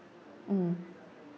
mm